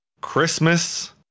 Christmas